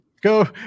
Go